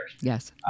Yes